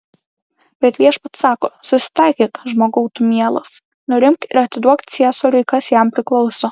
bet viešpats sako susitaikyk žmogau tu mielas nurimk ir atiduok ciesoriui kas jam priklauso